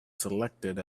selected